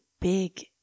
big